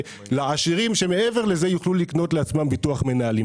ולעשירים שמעבר לזה יוכלו לקנות לעצמם ביטוח מנהלים.